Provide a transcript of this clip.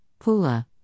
Pula